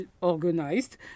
organized